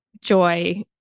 joy